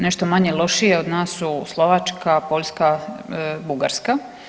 Nešto manje lošije od nas su Slovačka, Poljska, Bugarska.